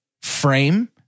frame-